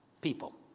people